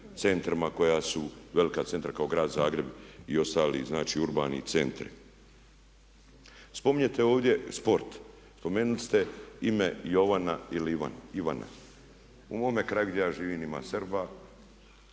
centrima koji su, velikim centrima kao grad Zagreb i ostali znači urbani centri. Spominjete ovdje sport, spomenuli ste ime Jovana i ili Ivana. U mome kraju ima Srba,